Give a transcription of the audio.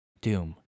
doom